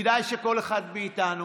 כדאי שכל אחד מאיתנו,